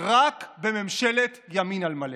רק בממשלת ימין על מלא.